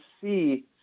see